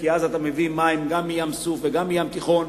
כי אז אתה מביא מים גם מים-סוף וגם מהים התיכון.